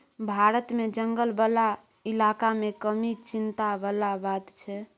भारत मे जंगल बला इलाका मे कमी चिंता बला बात छै